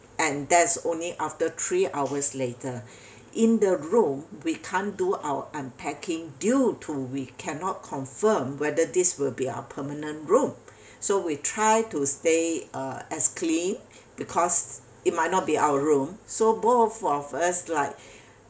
and that's only after three hours later in the room we can't do our unpacking due to we cannot confirm whether this will be our permanent room so we try to stay uh as clean because it might not be our room so both of us like